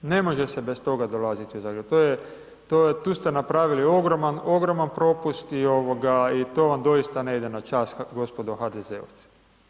Ne može se bez toga dolaziti u Zagreb, tu ste napravili ogroman propust i to vam doista ne ide na čast gospodo HDZ-ovci.